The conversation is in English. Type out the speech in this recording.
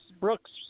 Brooks